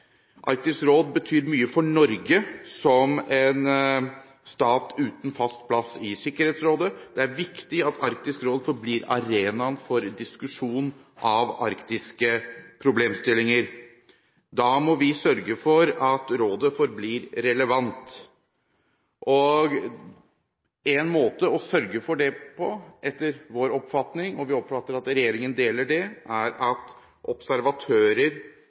Arktisk råd betyr mye for Norge, som er en stat uten fast plass i Sikkerhetsrådet. Det er viktig at Arktisk råd forblir arenaen for diskusjon av arktiske problemstillinger. Da må vi sørge for at rådet forblir relevant. En måte å sørge for det på, etter vår oppfatning – og vi oppfatter at regjeringen deler den oppfatningen – er at observatører